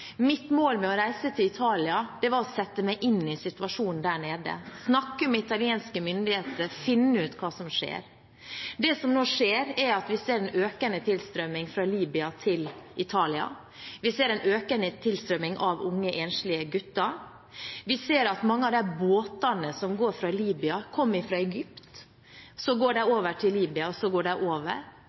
Mitt mål med å reise til Italia var å sette meg inn i situasjonen der nede, snakke med italienske myndigheter og finne ut hva som skjer. Det som nå skjer, er at vi ser en økende tilstrømming fra Libya til Italia, vi ser en økende tilstrømming av unge enslige gutter, vi ser at mange av de båtene som går fra Libya, kom fra Egypt – de går over til Libya, og så går de over.